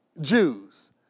Jews